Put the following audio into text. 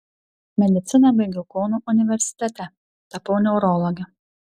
mediciną baigiau kauno universitete tapau neurologe